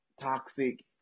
toxic